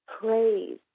praise